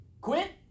Quit